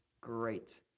great